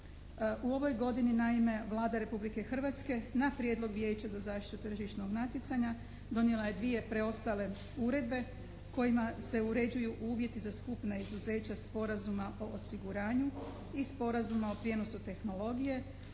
U ovoj godini naime, Vlada Republike Hrvatske na prijedlog Vijeća za zaštitu tržišnog natjecanja donijela je dvije preostale uredbe kojima se uređuju uvjeti za skupna izuzeća Sporazuma o osiguranju i Sporazuma o prijenosu tehnologije,